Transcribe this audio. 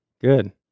Good